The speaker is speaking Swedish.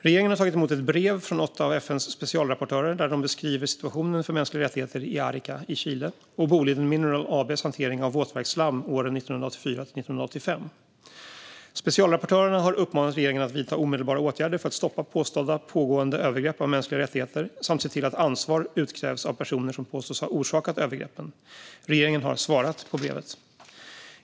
Regeringen har tagit emot ett brev från åtta av FN:s specialrapportörer där de beskriver situationen för mänskliga rättigheter i Arica i Chile och Boliden Mineral AB:s hantering av våtverksslam 1984-1985. Specialrapportörerna har uppmanat regeringen att vidta omedelbara åtgärder för att stoppa påstådda pågående övergrepp mot mänskliga rättigheter samt se till att ansvar utkrävs av personer som påstås ha orsakat övergreppen. Regeringen har svarat på brevet.